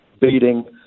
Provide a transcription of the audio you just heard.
beating